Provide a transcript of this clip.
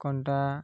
କଣ୍ଟା